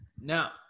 Now